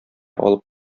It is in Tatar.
алып